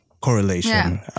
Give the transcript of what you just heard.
correlation